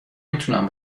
میتونم